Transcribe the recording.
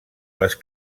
les